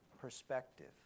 perspective